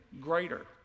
greater